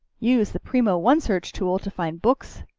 use the primo one search tool to find books,